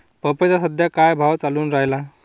पपईचा सद्या का भाव चालून रायला?